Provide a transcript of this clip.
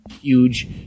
huge